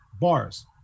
bars